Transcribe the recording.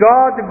God